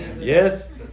Yes